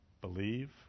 Believe